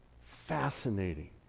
fascinating